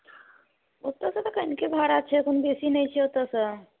ओतऽसँ तऽ कनिके भाड़ा छै कोनो बेसी नहि छै ओतऽसँ